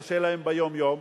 קשה להן ביום-יום,